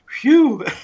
Phew